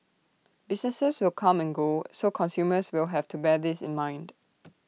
businesses will come and go so consumers will have to bear this in mind